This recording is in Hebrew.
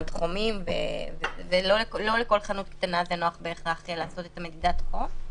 במקומות בולטים לעין לעניין איסור אכילה